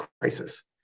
crisis